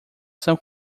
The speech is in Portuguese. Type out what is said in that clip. são